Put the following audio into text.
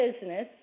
business